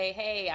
hey